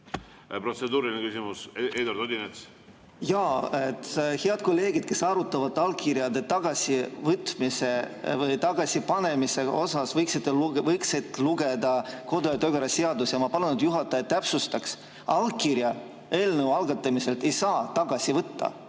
Protseduuriline küsimus, Eduard Odinets! Head kolleegid, kes arutavad allkirjade tagasivõtmise või tagasipanemise üle, võiksid lugeda kodu‑ ja töökorra seadust. Ja ma palun, et juhataja täpsustaks: allkirja eelnõu algatamisel ei saa tagasi võtta,